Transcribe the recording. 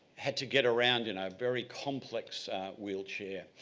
had to get around in a very complex wheelchair.